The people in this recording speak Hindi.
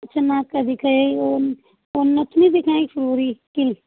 अच्छा नाक का दिखाइए ओ नथनी दिखाएँ कि